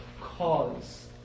cause